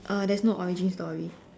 uh there's no origin story